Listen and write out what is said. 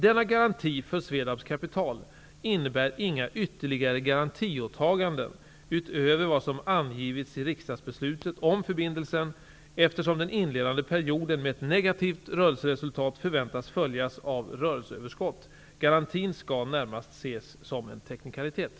Denna garanti för SVEDAB:s kapital innebär inga ytterligare garantiåtaganden utöver vad som angivits i riksdagsbeslutet om förbindelsen eftersom den inledande perioden med ett negativt rörelseresultat förväntas följas av rörelseöverskott. Garantin skall närmast ses som en teknikalitet.